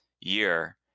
year